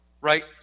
right